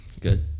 Good